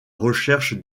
recherche